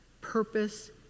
purpose